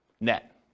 net